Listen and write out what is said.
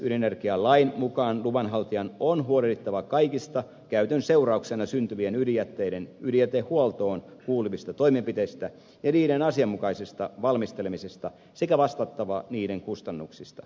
ydinenergialain mukaan luvanhaltijan on huolehdittava kaikista käytön seurauksena syntyvien ydinjätteiden ydinjätehuoltoon kuuluvista toimenpiteistä ja niiden asianmukaisesta valmistelemisesta sekä vastattava niiden kustannuksista